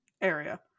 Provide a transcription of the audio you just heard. Area